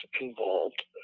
involved